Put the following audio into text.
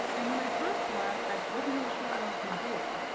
and when i first left, i wasn't really sure what i was going to do.